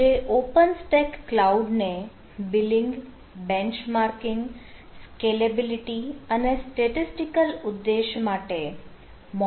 જે open stack cloud ને billing કરે છે